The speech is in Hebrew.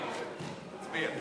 תצביע.